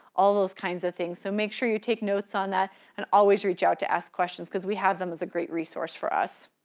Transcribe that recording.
all those kinds of things. so make sure you take notes on that and always reach out to ask questions cause we have them as a great resource for us.